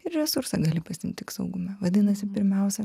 ir resursą gali pasiimt tik saugume vadinasi pirmiausia